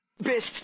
Best